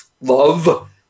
love